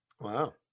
Wow